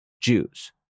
Jews